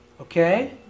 Okay